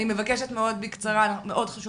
אני מבקשת מאוד בקצרה כי מאוד חשוב